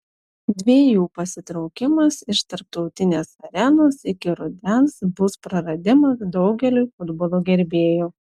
dviejų pasitraukimas iš tarptautinės arenos iki rudens bus praradimas daugeliui futbolo gerbėjų